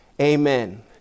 Amen